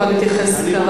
תוכל להתייחס.